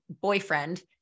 boyfriend